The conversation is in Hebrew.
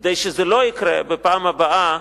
כדי שזה לא יקרה בפעם הבאה,